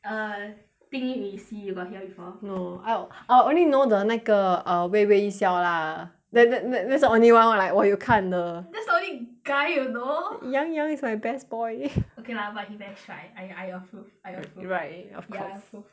err ding yu xi you got hear before no I'll I'll only know the 那个 uh 微微一笑 lah that that that's the only one like 我有看的 that's the only guy you know yang yang is my best boy okay lah but he very 帅 I I approve I approve you approve right of course ya I approve